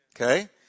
Okay